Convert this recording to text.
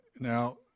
Now